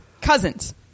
cousins